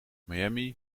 miami